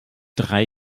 drei